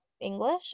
English